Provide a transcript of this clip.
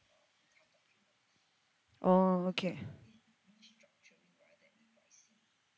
oh okay